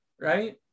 right